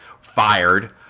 fired